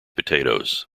potatoes